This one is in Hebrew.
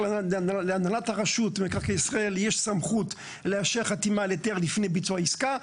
להנהלת רשות מקרקעי ישראל יש סמכות לאשר חתימה על היתר לפני ביצוע עסקה.